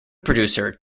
producer